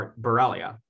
Borrelia